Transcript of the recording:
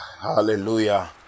Hallelujah